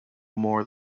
more